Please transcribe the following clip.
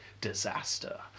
disaster